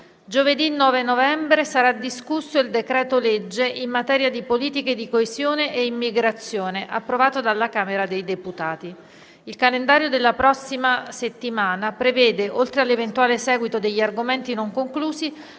Giovedì 9 novembre sarà discusso il decreto-legge in materia di politiche di coesione e immigrazione, approvato dalla Camera dei deputati. Il calendario della prossima settimana prevede, oltre all'eventuale seguito degli argomenti non conclusi,